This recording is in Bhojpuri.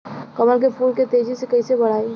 कमल के फूल के तेजी से कइसे बढ़ाई?